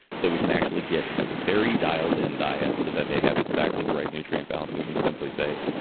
so we can actually get a very dialed in diet so that they have exactly the right nutrient balance. so, we can simply say,